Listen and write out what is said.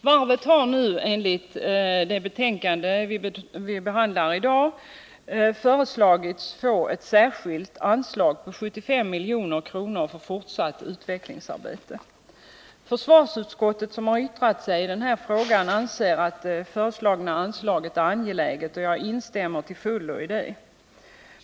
Varvet har nu enligt det betänkande som vi behandlar i dag föreslagits få ett särskilt anslag på 75 milj.kr. för fortsatt utvecklingsarbete. Försvarsutskottet, som har yttrat sig i denna fråga, anser att det föreslagna anslaget är angeläget, och jag instämmer till fullo.